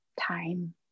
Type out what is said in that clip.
time